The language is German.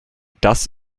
das